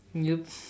yup